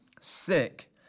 sick